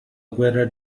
guerra